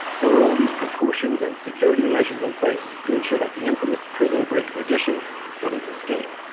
there were all these precautions and security measures in place to ensure that the infamous prison break magician wouldn't escape.